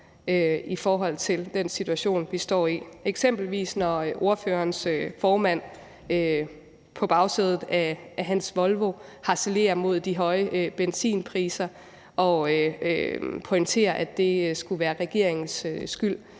i forhold til den situation, vi står i – eksempelvis når ordførerens formand på bagsædet af sin Volvo harcelerer over de høje benzinpriser og pointerer, at det skulle være regeringens skyld,